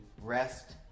rest